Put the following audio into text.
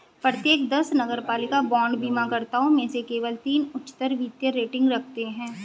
प्रत्येक दस नगरपालिका बांड बीमाकर्ताओं में से केवल तीन उच्चतर वित्तीय रेटिंग रखते हैं